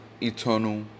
eternal